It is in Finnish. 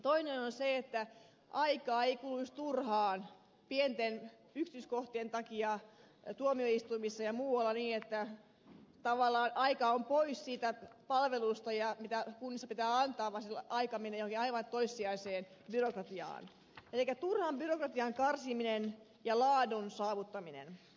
toinen on se että aikaa ei kuluisi turhaan pienten yksityiskohtien takia tuomioistuimissa ja muualla niin että tavallaan aika on pois siitä palvelusta mitä kunnissa pitää antaa vaan siellä aika menee johonkin aivan toissijaiseen byrokratiaan elikkä turhan byrokratian karsiminen ja laadun saavuttaminen